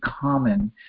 common